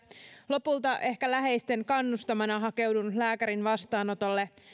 lopulta ehkä läheisten kannustamana hakeudun lääkärin vastaanotolle